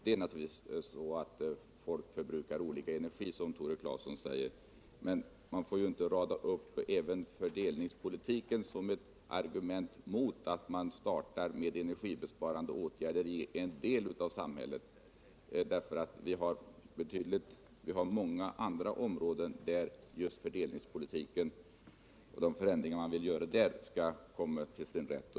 Det är naturligtvis som Tore Claeson säger, att folk förbrukar olika mycket energi. Men man får ju inte ta upp även fördelningspolitiken som ett argument mot att starta energibesparande åtgärder i en del av samhället. Det finns många områden där just fördelningspolitiken, och de förändringar man vill göra där, skall komma till sin rätt.